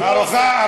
ארוחה,